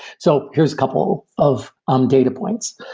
so here're a couple of um data points.